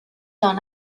dans